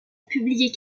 publier